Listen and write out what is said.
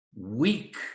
weak